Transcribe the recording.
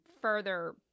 further